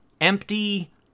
empty